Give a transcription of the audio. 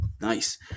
Nice